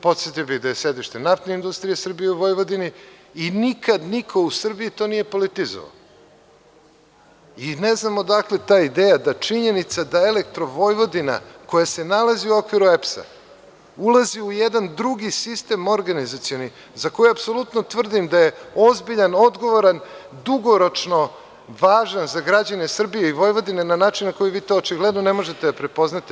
Podsetio bih da je sedište Naftne industrije Srbije u Vojvodini i nikad niko u Srbiji to nije politizovao i ne znam odakle ta ideja da činjenica da Elektro Vojvodina koja se nalazi u okviru EPS ulazi u jedan drugi sistem organizacioni za koji apsolutno tvrdim da je ozbiljan, odgovoran, dugoročno važan za građane Srbije i Vojvodine na način na koji vi to očigledno ne možete da prepoznate.